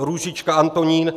Růžička Antonín